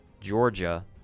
Georgia